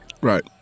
Right